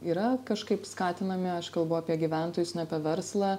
yra kažkaip skatinami aš kalbu apie gyventojus ne apie verslą